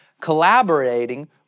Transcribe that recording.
collaborating